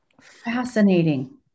Fascinating